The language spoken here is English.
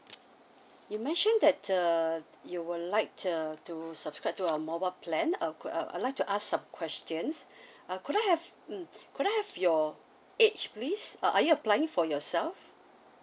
you mentioned that uh you would like uh to subscribe to our mobile plan uh could uh I'd like to ask some questions uh could I have mm could I have your age please uh are you applying for yourself